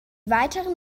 weiteren